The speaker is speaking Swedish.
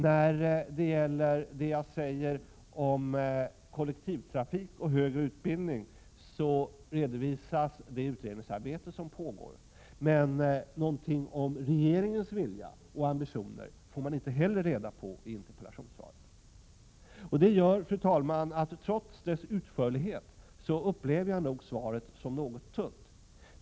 När det gäller det jag säger om kollektivtrafik och högre utbildning så redovisas det utredningsarbete som pågår, men någonting om regeringens vilja och ambitioner får man inte heller reda på i interpellationssvaret. Det gör, fru talman, att jag trots svarets utförlighet upplever det nog som något tunt.